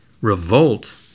Revolt